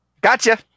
gotcha